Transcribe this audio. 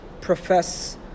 Profess